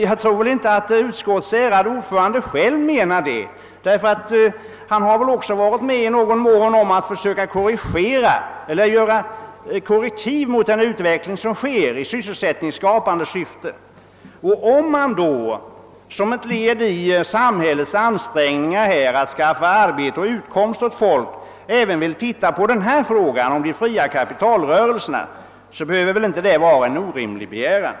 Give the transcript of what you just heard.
Jag tror inte att utskottets ärade ordförande själv menar det, ty han har väl i någon mån varit med om att åstadkomma korrektiv mot utvecklingen i sysselsättningsskapande syfte. Om vi då som ett led i samhällets ansträngningar att skaffa arbete och utkomst åt folk begär att man även ser Över frågan om de fria kapitalrörelserna, så är väl inte det ett orimligt krav.